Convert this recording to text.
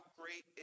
great